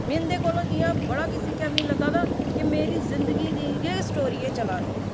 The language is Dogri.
में इ'यां इं'दे कोला बड़ा किश सिक्खेआ मिगी लग्गा दा की मेरी जिंदगी दी गै स्टोरी चला दी ऐ